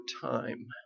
time